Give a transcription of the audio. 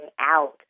out